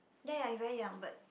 ya ya he very young but